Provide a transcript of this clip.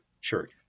church